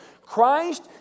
Christ